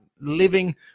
living